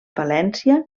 palència